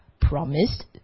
promised